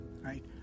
right